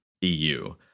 eu